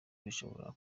rishobora